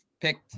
picked